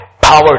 power